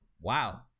wow